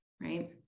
right